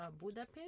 Budapest